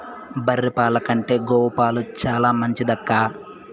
బర్రె పాల కంటే గోవు పాలు చాలా మంచిదక్కా